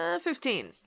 Fifteen